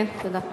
כן, תודה.